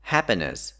Happiness